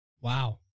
Wow